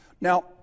Now